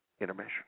intermission